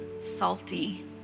salty